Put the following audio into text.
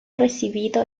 recibido